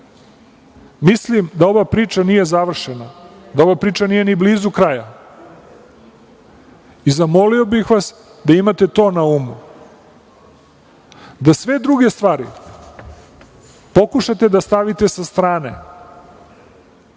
mislim da ova priča nije završena, da ova priča nije ni blizu kraja i zamolio bih vas da imate to na umu, da sve druge stvari pokušate da stavite sa strane,